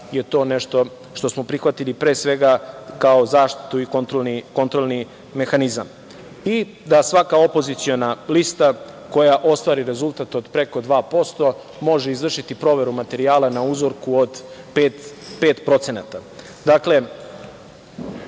je to nešto što smo prihvatili, pre svega kao zaštitu i kontrolni mehanizam. Svaka opoziciona lista koja ostvari rezultat od preko 2% može izvršiti proveru materijala na uzorku od